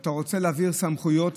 שאתה רוצה להעביר סמכויות,